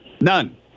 None